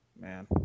Man